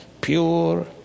pure